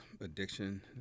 addiction